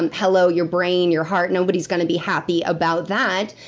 um hello, your brain, your heart. nobody's gonna be happy about that.